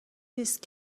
نیست